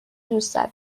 دوستت